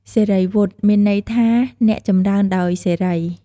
សិរីវុឌ្ឍ មានន័យថា អ្នកចម្រីនដោយសិរី។